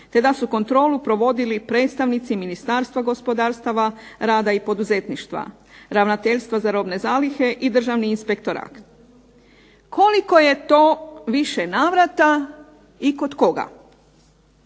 te da su kontrolu provodili predstavnici Ministarstva gospodarstava, rada i poduzetništva, Ravnateljstvo za robne zalihe i Državni inspektorat. Koliko je to više navrata i kod koga?